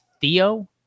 Theo